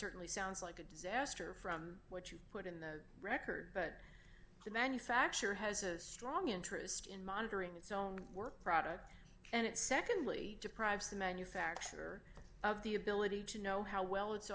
certainly sounds like a disaster from what you've put in the record but the manufacturer has a strong interest in monitoring its own work product and it secondly deprives the manufacturer of the ability to know how well it